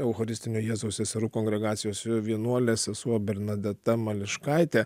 eucharistinio jėzaus seserų kongregacijos vienuolės sesuo bernadeta mališkaitė